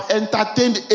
entertained